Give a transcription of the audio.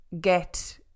get